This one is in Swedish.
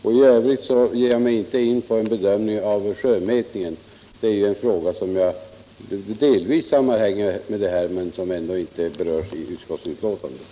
Jag vill inte ge mig in på någon bedömning av sjömätningen. Det är en fråga som delvis sammanhänger med denna sak men som ändå inte berörs i utskottsbetänkandet.